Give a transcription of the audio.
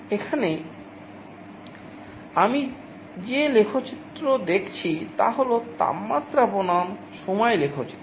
এখানে আমি যে লেখচিত্র দেখছি তা হল তাপমাত্রা বনাম সময় লেখচিত্র